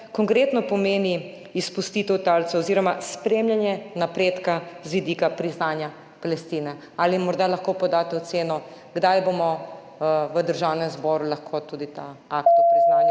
konkretno pomeni izpustitev talcev oziroma spremljanje napredka z vidika priznanja Palestine? Ali morda lahko podate oceno, kdaj bomo v Državnem zboru lahko obravnavali akt o priznanju